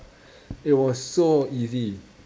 it was so easy